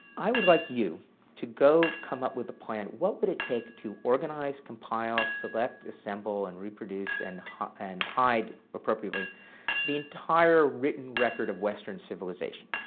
i would like you to go come up with a plan. what would it take to organize, compile, select, assemble and reproduce and and hide appropriately the entire written record of western civilization,